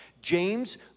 James